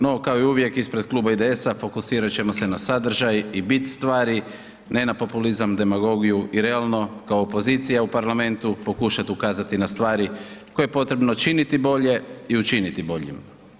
No kao i uvijek ispred kluba IDS-a fokusirat ćemo se na sadržaj i bit svari, ne na populizam, demagogiju i realno kao opozicija u Parlamentu pokušati ukazati na stvari koje je potrebno činiti bolje i učiniti boljim.